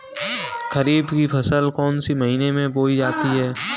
खरीफ की फसल कौन से महीने में बोई जाती है?